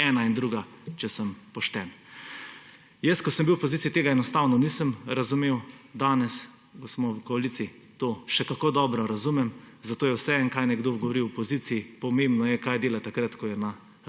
ena in druga, če sem pošten. Ko sem bil v opoziciji, tega enostavno nisem razumel, danes, ko smo v koaliciji, to še kako dobro razumem, zato je vseeno, kaj nekdo govori v opoziciji; pomembno je, kaj dela takrat, ko je na